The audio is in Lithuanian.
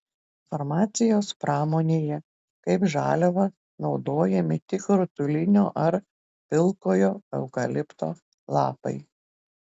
farmacijos pramonėje kaip žaliava naudojami tik rutulinio ar pilkojo eukalipto lapai